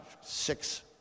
six